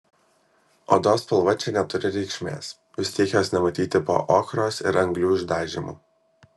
odos spalva čia neturi reikšmės vis tiek jos nematyti po ochros ir anglių išdažymu